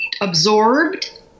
absorbed